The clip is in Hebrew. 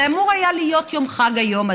זה אמור היה להיות יום חג היום,